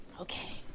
okay